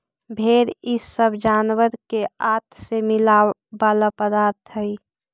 भेंड़ इ सब जानवर के आँत से मिला वाला पदार्थ हई